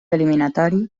eliminatori